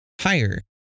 higher